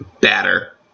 batter